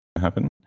Happen